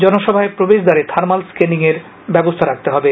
জনসভায় প্রবেশ দ্বারে থার্মাল স্কেনিংয়ের ব্যবস্থা রাখতে হবে